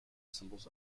symbols